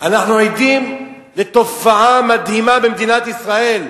אנחנו עדים לתופעה מדהימה במדינת ישראל,